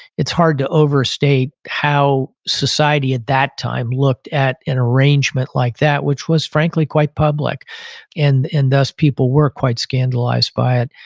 it's hard to overstate how society, at that time, looked at an arrangement like that, which was frankly quite public and thus, people were quite scandalized by it.